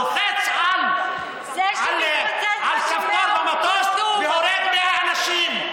לוחץ על כפתור במטוס והורג 100 אנשים,